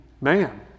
man